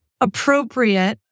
appropriate